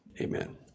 amen